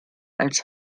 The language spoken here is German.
als